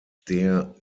der